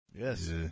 Yes